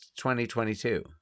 2022